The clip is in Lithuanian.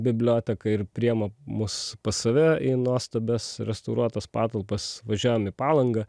biblioteka ir priėma mus pas save į nuostabias restauruotas patalpas važiuojam į palangą